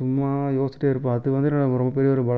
சும்மா யோசிச்சிகிட்டே இருப்பேன் அது வந்து என்னோட ரொம்ப பெரிய ஒரு ப